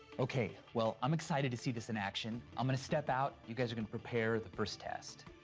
okay. well, i'm excited to see this in action. i'm gonna step out, you guys are gonna prepare the first test.